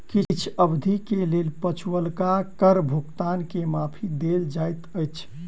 किछ अवधिक लेल पछुलका कर भुगतान के माफी देल जाइत अछि